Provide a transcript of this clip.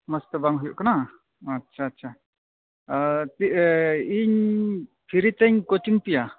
ᱢᱚᱡᱽ ᱛᱮ ᱵᱟᱝ ᱦᱩᱭᱩᱜ ᱠᱟᱱᱟ ᱟᱪᱷᱟ ᱟᱪᱷᱟ ᱤᱧ ᱯᱷᱨᱤ ᱛᱮᱧ ᱠᱚᱪᱤᱝ ᱯᱮᱭᱟ